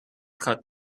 cut